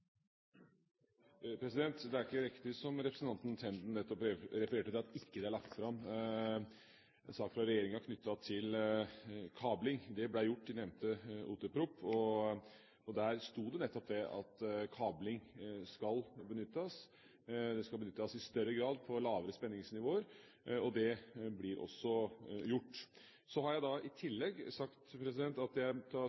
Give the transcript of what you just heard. lagt fram sak fra regjeringa knyttet til kabling. Det ble gjort i nevnte odelstingsproposisjon, der sto det nettopp at kabling skal benyttes. Det skal benyttes i større grad på lavere spenningsnivåer, og det blir også gjort. Så har jeg i tillegg sagt at jeg tar sikte på å framlegge en sak for Stortinget om de overordnede føringene for framtidig utbygging og oppgradering av overføringsnettet for kraft her til